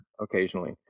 occasionally